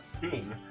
king